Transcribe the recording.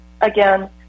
again